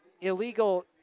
illegal